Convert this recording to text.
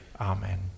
amen